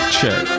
Check